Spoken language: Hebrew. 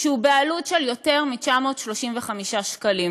שהוא במחיר של יותר מ-935 שקלים.